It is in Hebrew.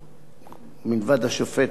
מלבד השופט לוי,